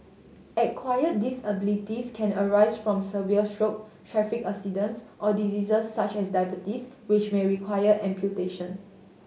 acquired disabilities can arise from severe stroke traffic accidents or diseases such as diabetes which may require amputation